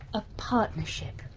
a partnership.